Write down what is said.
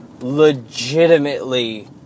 legitimately